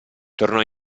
tornò